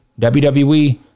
WWE